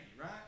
right